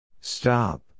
Stop